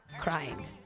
crying